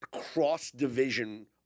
cross-division